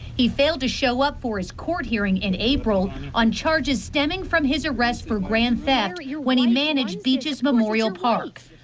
he failed to show up for his court hearing in april on charges stemming from his arrest for grand theft when he managed beaches memorial park.